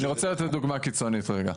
אני רוצה לתת דוגמא קיצונית רגע.